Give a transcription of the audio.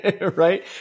right